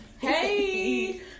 Hey